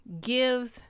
gives